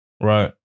Right